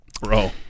Bro